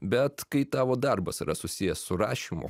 bet kai tavo darbas yra susijęs su rašymu